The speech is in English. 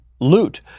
loot